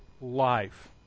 life